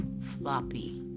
floppy